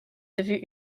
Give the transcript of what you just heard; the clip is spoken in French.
devenue